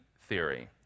theory